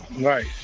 Right